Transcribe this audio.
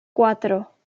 cuatro